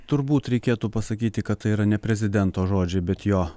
turbūt reikėtų pasakyti kad tai yra ne prezidento žodžiai bet jo